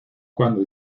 cuando